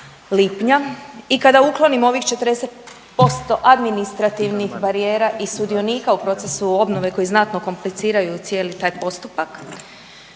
i kada uklonimo ovih 40% administrativnih barijera i sudionika u procesu obnove koji znatno kompliciraju cijeli taj postupak,